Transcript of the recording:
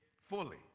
fully